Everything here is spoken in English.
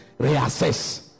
reassess